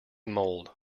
mould